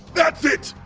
that's it.